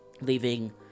leaving